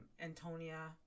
Antonia